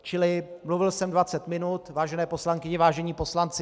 Čili mluvil jsem 20 minut, vážené poslankyně, vážení poslanci.